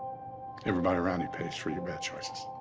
everybody around you pays for your bad choices.